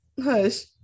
Hush